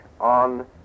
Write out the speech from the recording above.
on